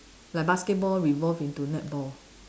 like basketball evolve into netball